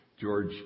George